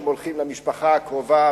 הם הולכים למשפחה הקרובה,